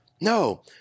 No